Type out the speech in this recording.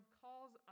calls